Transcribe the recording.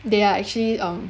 they are actually um